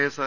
SR